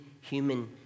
human